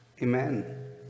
Amen